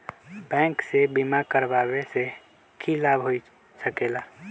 Bank से बिमा करावे से की लाभ होई सकेला?